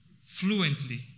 fluently